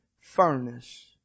furnace